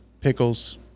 pickles